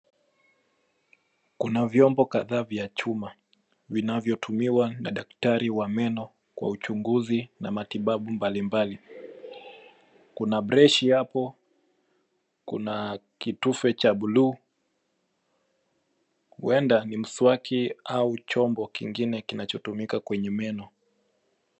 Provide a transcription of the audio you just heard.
Kuna vyombo kadhaa vya chuma, vinavyotumiwa na daktari wa meno kwa uchunguzi na matibabu mbalimbali. Kuna breshi hapo, kuna kitufe cha buluu, huenda ni mswaki au chombo kingine kinachotumika kwenye meno.